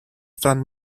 стран